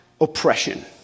oppression